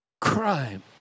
crime